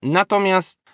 natomiast